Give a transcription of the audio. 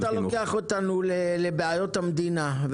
אתה לוקח אותנו לבעיות המדינה,